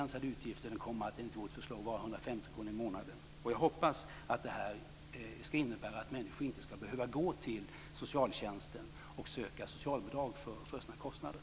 Enligt vårt förslag kommer det att handla om 150 kr i månaden. Jag hoppas att det här innebär att människor inte skall behöva gå till socialtjänsten och söka socialbidrag för sina kostnader.